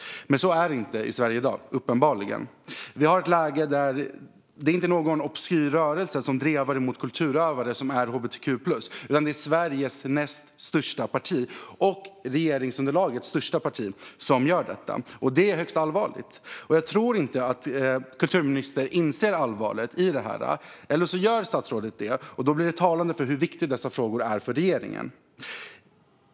Men så är det uppenbarligen inte i Sverige i dag. Vi har ett läge där det inte är någon obskyr rörelse som drevar mot kulturutövare som är hbtq-plus, utan det är Sveriges näst största parti - och regeringsunderlagets största parti - som gör detta. Det är högst allvarligt. Jag tror inte att kulturministern inser allvaret i detta. Eller så gör kulturministern det, och då blir detta talande för hur viktiga dessa frågor är för regeringen.